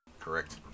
Correct